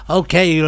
okay